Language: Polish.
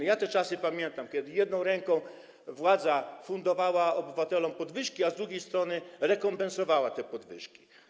Pamiętam te czasy, kiedy jedną ręką władza fundowała obywatelom podwyżki, a z drugiej strony rekompensowała te podwyżki.